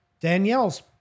Danielle's